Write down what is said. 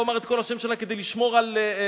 לא אומר את כל השם שלה כדי לשמור על שמה,